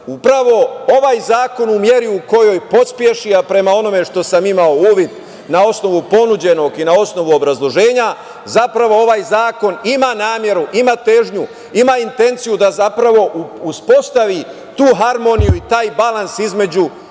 upravo ovaj zakon u meri u kojoj pospeši, a prema onome što sam imao uvid na osnovu ponuđenog i na osnovu obrazloženja, zapravo ovaj zakon ima nameru, ima težnju, ima intenciju da zapravo uspostavi tu harmoniju i taj balans između